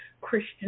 Christian